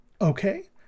Okay